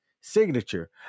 signature